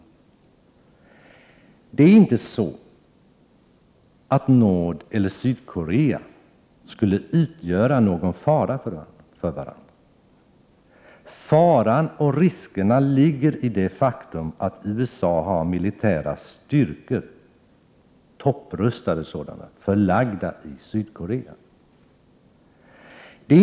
Devåts Det är inte så, att Nordoch Sydkorea utgör någon fara för varandra. Faran och riskerna ligger i stället i det faktum att USA har militära styrkor, topprustade sådana, förlagda till Sydkorea.